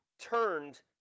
turned